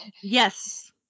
Yes